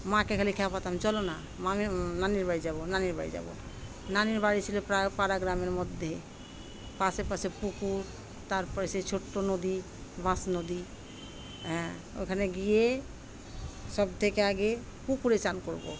মাকে খালি খালি বলতাম চলো না মামির নানির বাড়ি যাবো নানির বাড়ি যাবো নানির বাড়ি ছিল প্রায় পাড়া গ্রামের মধ্যে পাশে পাশে পুকুর তারপরে সেই ছোট্ট নদী বাঁশ নদী হ্যাঁ ওইখানে গিয়ে সবথেকে আগে পুকুরে চান করবো